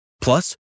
Plus